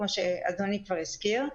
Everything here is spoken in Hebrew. כמו שאדוני כבר הזכיר.